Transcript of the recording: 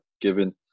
given